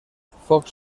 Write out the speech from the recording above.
fox